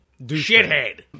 Shithead